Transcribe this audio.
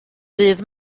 ddydd